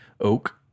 oak